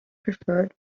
preferred